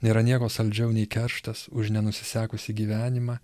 nėra nieko saldžiau nei kerštas už nenusisekusį gyvenimą